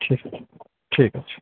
ঠিক আছে ঠিক আছে